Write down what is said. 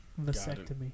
Vasectomy